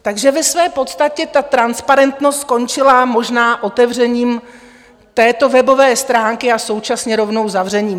Takže ve své podstatě ta transparentnost skončila možná otevřením této webové stránky a současně rovnou zavřením.